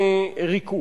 ריכוך.